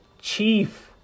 Chief